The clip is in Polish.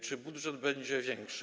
Czy budżet będzie większy?